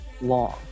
long